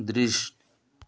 दृश्य